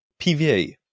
pva